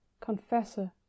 confessor